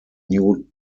new